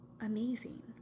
amazing